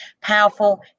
powerful